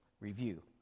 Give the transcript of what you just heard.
Review